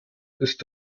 ist